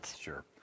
Sure